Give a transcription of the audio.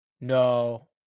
No